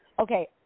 okay